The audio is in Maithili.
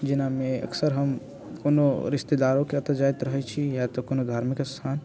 जेना मे अक्सर हम कोनो रिश्तेदारों के एतौ जैत रहय छी या तऽ कोनो धार्मिक स्थान